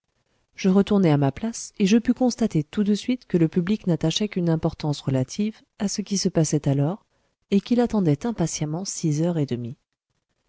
je retournai à ma place et je pus constater tout de suite que le public n'attachait qu'une importance relative à ce qui se passait alors et qu'il attendait impatiemment six heures et demie